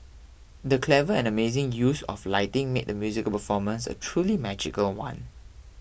the clever and amazing use of lighting made the musical performance a truly magical one